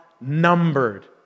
numbered